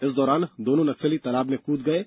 इस दौरान दोनों नक्सली तालाब में कूद गये